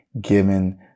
given